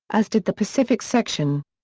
as did the pacific section.